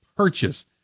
Purchase